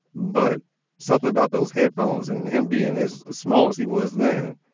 but something about those headphones and him being as small as he was then